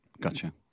Gotcha